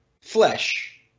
flesh